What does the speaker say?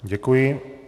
Děkuji.